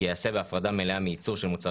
"ייעשה בהפרדה מלאה מייצור של מוצרי